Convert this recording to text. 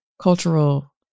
cultural